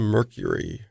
Mercury